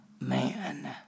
man